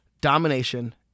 domination